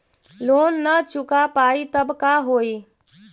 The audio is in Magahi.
लोन न चुका पाई तब का होई?